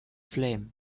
phlegm